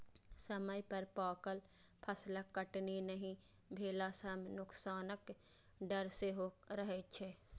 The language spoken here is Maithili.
समय पर पाकल फसलक कटनी नहि भेला सं नोकसानक डर सेहो रहै छै